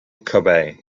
kobe